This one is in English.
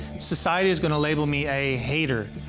society is going to label me a hater.